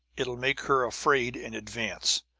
it'll make her afraid in advance,